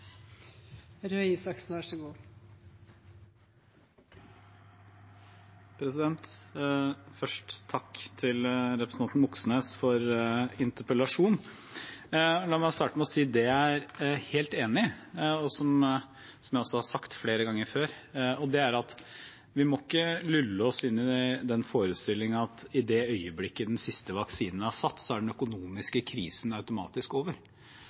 til representanten Moxnes for interpellasjonen. La meg starte med å si det jeg er helt enig i, og som jeg har sagt flere ganger før, at vi må ikke lulle oss inn i den forestillingen om at i det øyeblikket den siste vaksinen er satt, er den økonomiske krisen automatisk over.